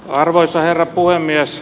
arvoisa herra puhemies